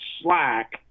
slack